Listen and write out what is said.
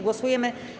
Głosujemy.